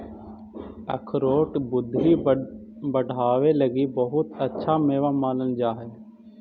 अखरोट बुद्धि बढ़ावे लगी बहुत अच्छा मेवा मानल जा हई